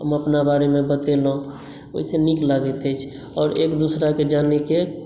हम अपना बारेमे बतेलहुँ ओहिसँ नीक लागैत अछि आओर एकदूसराक जानय के